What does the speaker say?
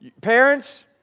Parents